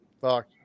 Fuck